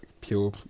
pure